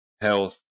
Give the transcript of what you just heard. health